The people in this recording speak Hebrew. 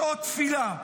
שעות תפילה.